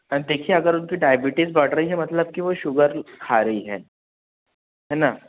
हाँ देखिए अगर उनकी डायबिटीज़ बढ़ रही है मतलब कि वो शुगर खा रही हैं है ना